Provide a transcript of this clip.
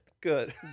Good